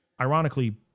Ironically